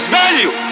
value